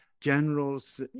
generals